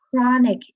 Chronic